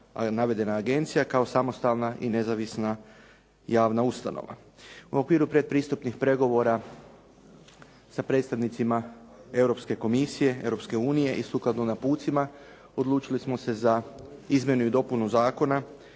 agencija kao samostalna i nezavisna javna ustanova. U okviru predpristupnih pregovora sa predstavnicima Europske komisije, Europske unije i sukladno napucima, odlučili smo se na izmjenu i dopunu zakona